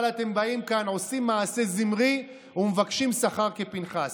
אבל אתם כאן עושים מעשה זמרי ומבקשים שכר כפינחס.